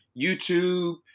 YouTube